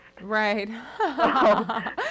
Right